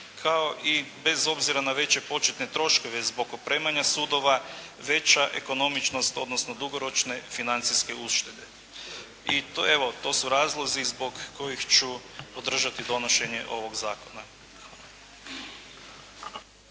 kao i bez obzira na veće početne troškove zbog opremanja sudova veća ekonomičnost, odnosno dugoročne financijske uštede. Evo, to su razlozi zbog kojih ću podržati donošenje ovog zakona.